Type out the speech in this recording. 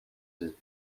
unis